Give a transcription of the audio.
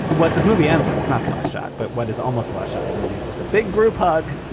what this movie ends with not the last shot, but what is almost lost out of the movie is just a big group hug,